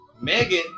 Megan